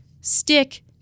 stick